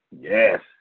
Yes